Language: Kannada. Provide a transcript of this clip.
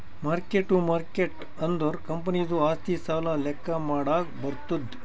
ಮಾರ್ಕ್ ಟ್ಟು ಮಾರ್ಕೇಟ್ ಅಂದುರ್ ಕಂಪನಿದು ಆಸ್ತಿ, ಸಾಲ ಲೆಕ್ಕಾ ಮಾಡಾಗ್ ಬರ್ತುದ್